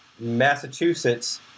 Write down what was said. massachusetts